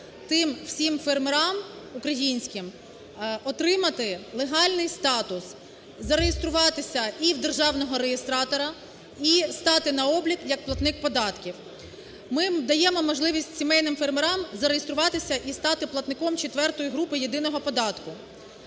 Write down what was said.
тим всім фермерам українським отримати легальний статус, зареєструватися і у державного реєстратора і стати на облік як платник податків. Ми даємо можливість сімейним фермерам зареєструватися і стати платником четвертої групи єдиного податку.